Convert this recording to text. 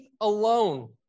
alone